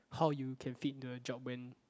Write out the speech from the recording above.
how you can fit into a job when